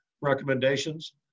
recommendations